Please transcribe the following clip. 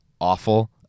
awful